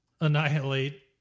annihilate